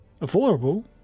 Affordable